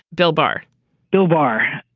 bill bar bill bar.